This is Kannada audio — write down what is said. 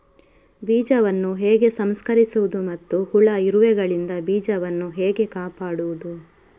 ಬೀಜವನ್ನು ಹೇಗೆ ಸಂಸ್ಕರಿಸುವುದು ಮತ್ತು ಹುಳ, ಇರುವೆಗಳಿಂದ ಬೀಜವನ್ನು ಹೇಗೆ ಕಾಪಾಡುವುದು?